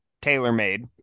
tailor-made